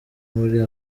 muri